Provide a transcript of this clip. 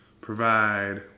provide